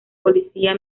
policía